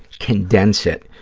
condense it,